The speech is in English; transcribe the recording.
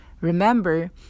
Remember